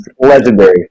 legendary